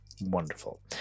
Wonderful